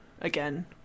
Again